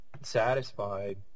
satisfied